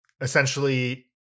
essentially